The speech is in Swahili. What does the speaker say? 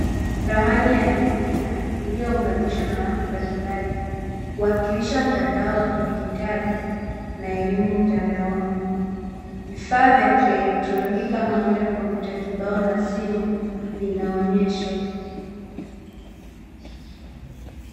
Ramani ya dunia iliyounganishwa na watu mbalimbali, kuwakilisha mtandao wa kidijitali na elimu mtandaoni. Vifaa vya kielektorini kama vile kompyuta kibao na simu vinaonyeshwa.